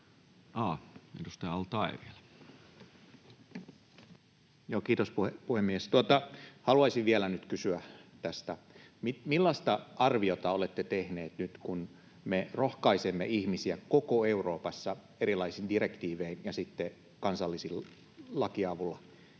Kiitos, puhemies! Haluaisin vielä kysyä siitä, millaista arviota olette tehneet nyt, kun me rohkaisemme ihmisiä koko Euroopassa erilaisin direktiivein ja sitten kansallisten lakien avulla